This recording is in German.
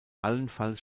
allenfalls